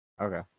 okay